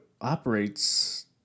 operates